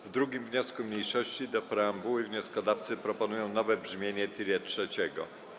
W 2. wniosku mniejszości do preambuły wnioskodawcy proponują nowe brzmienie tiret trzeciego.